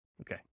Okay